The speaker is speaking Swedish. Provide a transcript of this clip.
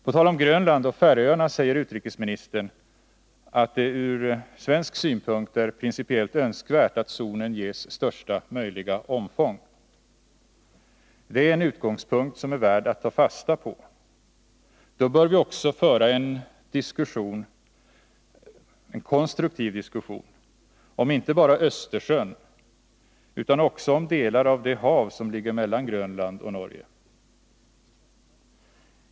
På tal om Grönland och Färöarna säger utrikesministern att det ur svensk synpunkt är principiellt önskvärt att zonen ges största möjliga omfång. Det är en utgångspunkt som är värd att ta fasta på. Då bör vi också föra en konstruktiv diskussion inte bara om Östersjön utan också om delar av det hav som ligger mellan Grönland och Norge.